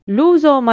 L'uso